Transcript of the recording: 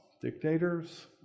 dictators